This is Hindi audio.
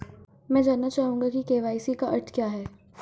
मैं जानना चाहूंगा कि के.वाई.सी का अर्थ क्या है?